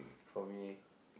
for me